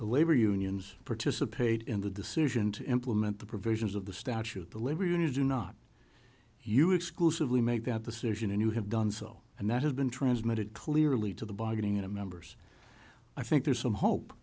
the labor unions participate in the decision to implement the provisions of the statute the labor unions do not you exclusively make that decision and you have done so and that has been transmitted clearly to the bargaining in a members i think there's some hope